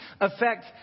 affect